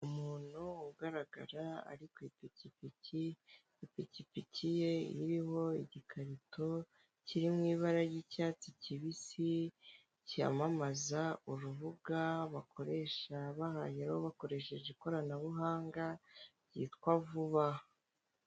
Umuntu ugaragara ari ku ipikipiki, ipikipiki ye iriho igikarito kiri mu ibara ry'icyatsi kibisi, cyamamaza urubuga bakoresha bahahiraho bakoresheje ikoranabuhanga ryitwa vuba.